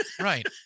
right